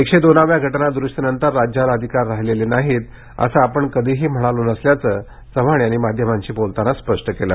एकशे दोनाव्या घटना दुरुस्तीनंतर राज्याला अधिकार राहिलेले नाहीत असं आपण कधीही म्हणालो नसल्याचं चव्हाण यांनी काल माध्यमांशी बोलताना स्पष्ट केलं